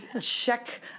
check